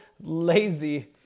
lazy